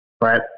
right